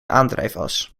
aandrijfas